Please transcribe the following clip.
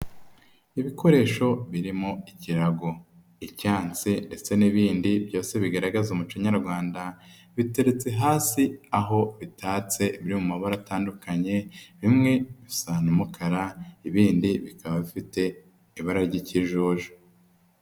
Ibikoresho birimo ikirago. Icyansi ndetse n'ibindi, byose bigaragaza umuco nyarwanda, bituretse hasi, aho bitatse biri mu mabara atandukanye, bimwe bisa n'umukara, ibindi bikaba ifite ibara ry'ikijuju.